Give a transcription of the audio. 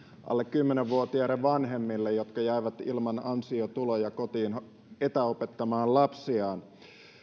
alle kymmenenvuotiaiden vanhemmille jotka jäivät ilman ansiotuloja kotiin etäopettamaan lapsiaan